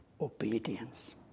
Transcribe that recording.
obedience